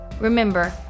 Remember